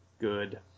good